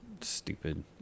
Stupid